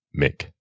Mick